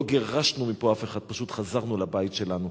לא גירשנו מפה אף אחד, פשוט חזרנו אל הבית שלנו.